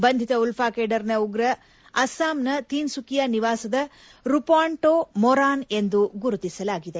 ಬಂಧಿತ ಉಲ್ಬಾ ಕೇಡರ್ನ ಉಗ್ರ ಅಸ್ಬಾಂನ ತಿನ್ನುಕಿಯಾ ನಿವಾಸದ ರುಪಾಂಟೊ ಮೊರಾನ್ ಎಂದು ಗುರುತಿಸಲಾಗಿದೆ